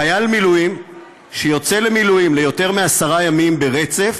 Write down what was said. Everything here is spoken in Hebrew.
חייל מילואים שיוצא למילואים ליותר מעשרה ימים ברצף